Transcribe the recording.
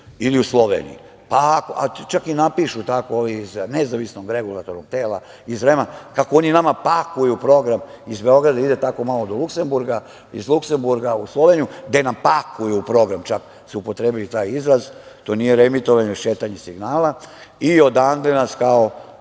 ili u Sloveniji. Čak i napišu tako ovi iz nezavisnog regulatornog tela iz REM-a kako oni nama pakuju program, iz Beograda tako ide malo do Luksemburga iz Luksemburga u Sloveniju, gde nam „pakuju“ program, čak su upotrebili taj izraz, to nije reemitovanje već šetanje signala i odande nas, kao,